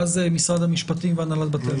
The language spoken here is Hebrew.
ואז משרד המשפטים והנהלת בתי המשפט.